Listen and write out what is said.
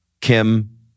Kim